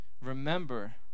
Remember